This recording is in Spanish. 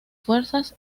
fuerzas